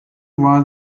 was